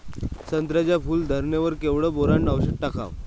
संत्र्याच्या फूल धरणे वर केवढं बोरोंन औषध टाकावं?